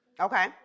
Okay